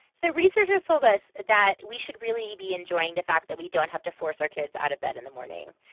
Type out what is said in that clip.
the researchers told us that we should really be enjoying the fact that we don't have to force our kids out of bed in the morning.